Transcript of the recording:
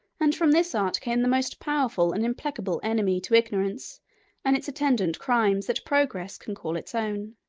and from this art came the most powerful and implacable enemy to ignorance and its attendant crimes that progress can call its own.